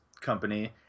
Company